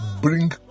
bring